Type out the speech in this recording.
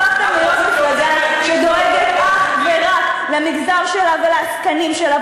הפכתם להיות מפלגה שדואגת אך ורק למגזר שלה ולעסקנים שלה,